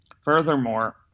furthermore